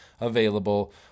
available